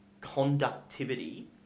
conductivity